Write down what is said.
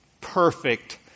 perfect